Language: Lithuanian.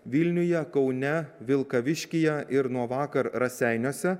vilniuje kaune vilkaviškyje ir nuo vakar raseiniuose